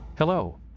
Hello